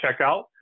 checkout